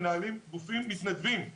מנהלים גופים התנדבותיים.